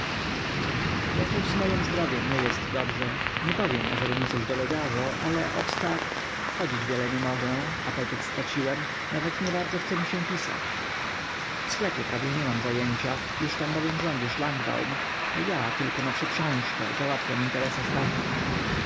jakoś z mojem zdrowiem nie jest dobrze nie powiem ażeby mi coś dolegało ale ot tak chodzić wiele nie mogę apetyt straciłem nawet niebardzo chce mi się pisać w sklepie prawie nie mam zajęcia już tam bowiem rządzi szlangbaum a ja tylko na przyprzążkę załatwiam interesa stacha